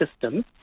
system